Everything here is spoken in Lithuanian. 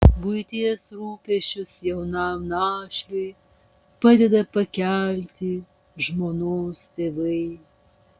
buities rūpesčius jaunam našliui padeda pakelti žmonos tėvai